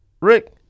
Rick